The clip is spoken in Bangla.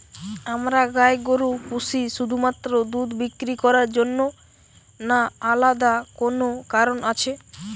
আমরা গাই গরু পুষি শুধুমাত্র দুধ বিক্রি করার জন্য না আলাদা কোনো কারণ আছে?